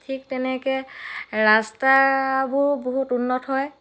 ঠিক তেনেকৈ ৰাস্তাবোৰো বহুত উন্নত হয়